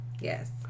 Yes